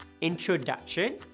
Introduction